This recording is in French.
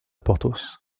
porthos